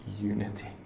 unity